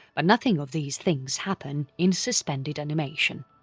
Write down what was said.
but nothing of these things happen in suspended animation.